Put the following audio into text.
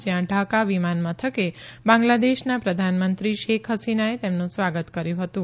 જયાં ઢાકા વિમાન મથકે બાંગ્લાદેશના પ્રધાનમંત્રી શેખ હસીનાએ તેમનું સ્વાગત કર્યુ હતું